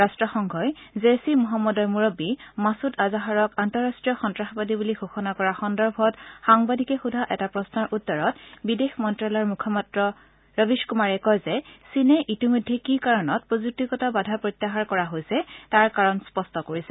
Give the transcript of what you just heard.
ৰাট্টসংঘই জেইচ ই মহম্মদৰ মূৰববী মাছুদ আজহাৰক আন্তঃৰাট্টীয় সন্তাসবাদী বুলি ঘোষণা কৰা সন্দৰ্ভত সাংবাদিকে সোধা এটা প্ৰশ্নৰ উত্তৰত বিদেশ মন্তালয়ৰ মুখপাত্ৰ ৰবিশ কুমাৰে কয় যে চীনে ইতিমধ্যে কি কাৰণত প্ৰযুক্তিগত বাধা প্ৰত্যাহাৰ কৰা হৈছে তাৰ কাৰণ স্পষ্ট কৰিছে